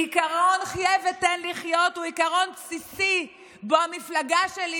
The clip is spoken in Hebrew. עקרון חיה ותן לחיות הוא עיקרון בסיסי שבו המפלגה שלי,